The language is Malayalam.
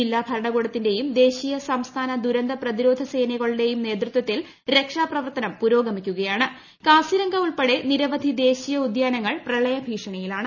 ജില്ലാ ഭരണകൂടത്തിന്റേയും ദേശീയ സംസ്ഥാന ദുരന്ത പ്രതിരോധ സ്നേനകളുടെ നേതൃത്വത്തിൽ രക്ഷാപ്രവർത്തനം പുരോഗമിക്കുന്നൂണ്ട്ട് കാസിരംഗ ഉൾപ്പെടെ നിരവധി ദേശീയോദ്യാനങ്ങൾ പ്രളയ് ഭ്രീഷ്ക്ണിയിലാണ്